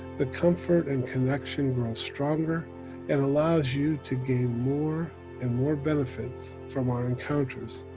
the comfort and connection grows stronger and allows you to gain more and more benefits from our encounters,